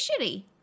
shitty